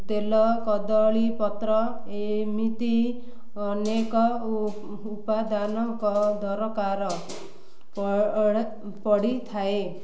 ତେଲ କଦଳୀ ପତ୍ର ଏମିତି ଅନେକ ଉପାଦାନଙ୍କ ଦରକାର ପଡ଼ିଥାଏ